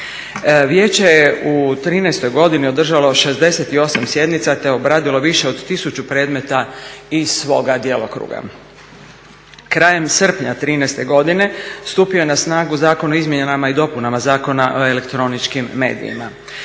Vijeće je u '13. godini održalo 68 sjednica te obradilo više od 1000 predmeta iz svoga djelokruga. Krajem srpnja '13. godine stupio je na snagu Zakon o izmjenama i dopunama Zakona o elektroničkim medijima.